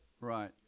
Right